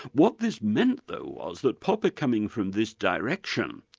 what this meant though was, that popper coming from this direction,